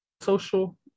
social